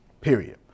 Period